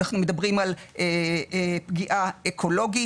אנחנו מדברים על פגיעה אקולוגית.